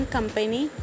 Company